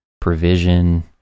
provision